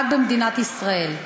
רק במדינת ישראל.